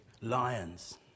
lions